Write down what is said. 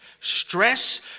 Stress